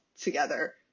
together